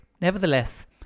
Nevertheless